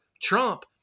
Trump